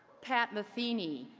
pat metheny,